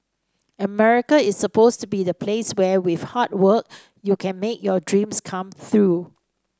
America is supposed to be the place where with hard work you can make your dreams come through